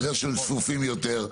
בגלל שהם צפופים יותר,